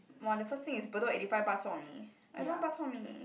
!wah! the first thing is Bedok eighty five bak-chor-mee I don't want bak-chor-mee